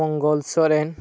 Mangal Soren